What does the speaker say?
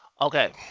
Okay